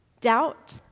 Doubt